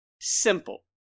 simple